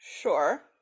Sure